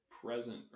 present